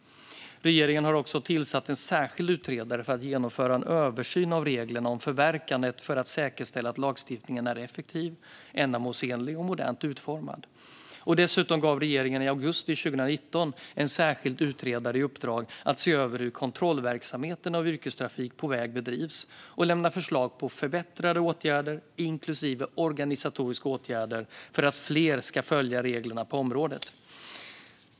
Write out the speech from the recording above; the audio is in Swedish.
Regeringen har också tillsatt en särskild utredare för att genomföra en översyn av reglerna om förverkande i syfte att säkerställa att lagstiftningen är effektiv, ändamålsenlig och modernt utformad. Dessutom gav regeringen i augusti 2019 en särskild utredare i uppdrag att se över hur kontrollverksamheten av yrkestrafik på väg bedrivs och lämna förslag på förbättrande åtgärder, inklusive organisatoriska åtgärder, för att fler ska följa reglerna på området.